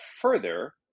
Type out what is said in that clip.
further